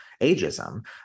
ageism